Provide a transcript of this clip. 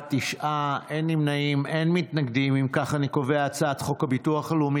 ההצעה להעביר את הצעת חוק הביטוח הלאומי